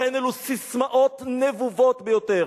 לכן אלו ססמאות נבובות ביותר.